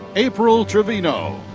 april trevino.